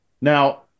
Now